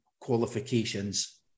qualifications